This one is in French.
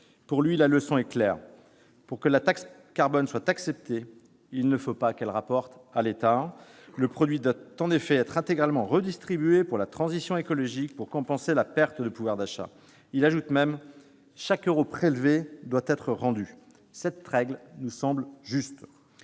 Pour lui, la leçon est claire :« Pour que la taxe carbone soit acceptée, il ne faut pas qu'elle rapporte à l'État. » Le produit doit en effet être intégralement redistribué pour la transition écologique et la compensation des pertes de pouvoir d'achat. Il ajoute même :« Chaque euro prélevé doit être rendu. » Cette règle nous semble juste.